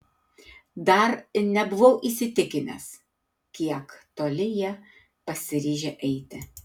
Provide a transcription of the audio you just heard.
dar nebuvau įsitikinęs kiek toli jie pasiryžę eiti